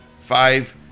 five